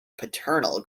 paternal